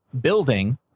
building